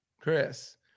Chris